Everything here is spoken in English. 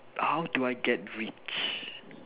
how do I get rich